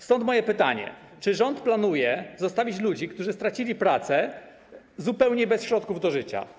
Stąd moje pytanie: Czy rząd planuje zostawić ludzi, którzy stracili pracę, zupełnie bez środków do życia?